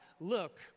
look